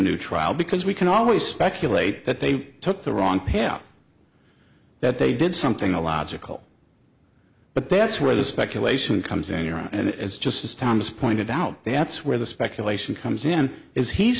new trial because we can always speculate that they took the wrong payout that they did something a logical but that's where the speculation comes in here and it's just as thomas pointed out the ads where the speculation comes in is he